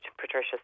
Patricia